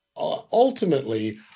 Ultimately